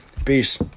Peace